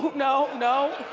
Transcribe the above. no, no.